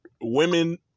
women